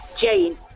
Jane